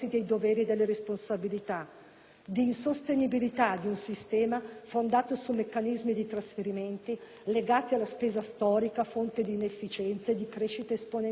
di insostenibilità di un sistema fondato su meccanismi di trasferimenti legati alla spesa storica, fonte di inefficienza, di irresponsabilità e di crescita esponenziale della spesa.